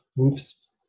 oops